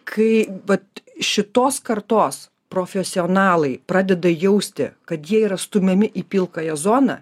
kai vat šitos kartos profesionalai pradeda jausti kad jie yra stumiami į pilkąją zoną